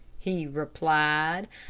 he replied.